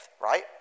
right